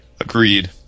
Agreed